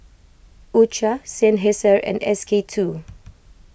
U Cha Seinheiser and S K two